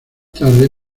tarde